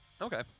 Okay